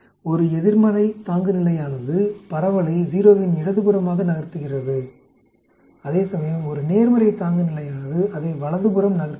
ஒரு எதிர்மறை தாங்குநிலையானது பரவலை 0 இன் இடதுபுறமாக நகர்த்துகிறது அதேசமயம் ஒரு நேர்மறை தாங்குநிலையானது அதை வலது பக்கம் நகர்த்துகிறது